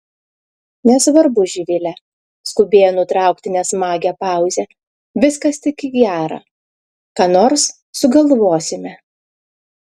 nesvarbu živile skubėjo nutraukti nesmagią pauzę viskas tik į gera ką nors sugalvosime